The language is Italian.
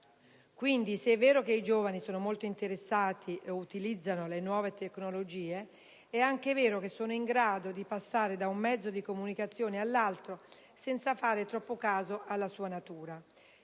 Quindi, se è vero che i giovani sono molto interessati e utilizzano le nuove tecnologie, è anche vero che sono in grado di passare da un mezzo di comunicazione all'altro senza fare troppo caso alla sua natura.